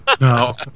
No